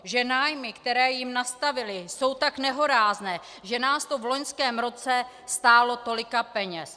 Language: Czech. Že nájmy, které jim nastavili, jsou tak nehorázné, že nás to v loňském roce stálo tolika peněz.